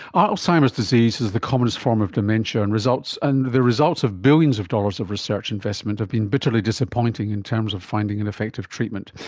ah alzheimer's disease is the commonest form of dementia, and and the results of billions of dollars of research investment have been bitterly disappointing in terms of finding an effective treatment.